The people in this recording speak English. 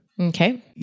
Okay